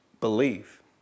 believe